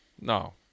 No